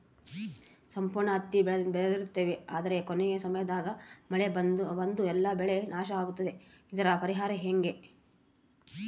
ಸಂಪೂರ್ಣ ಹತ್ತಿ ಬೆಳೆದಿರುತ್ತೇವೆ ಆದರೆ ಕೊನೆಯ ಸಮಯದಾಗ ಮಳೆ ಬಂದು ಎಲ್ಲಾ ಬೆಳೆ ನಾಶ ಆಗುತ್ತದೆ ಇದರ ಪರಿಹಾರ ಹೆಂಗೆ?